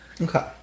okay